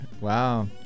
Wow